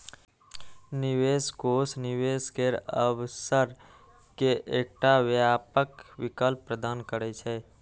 निवेश कोष निवेश केर अवसर के एकटा व्यापक विकल्प प्रदान करै छै